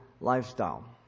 lifestyle